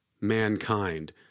mankind